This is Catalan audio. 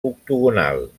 octogonal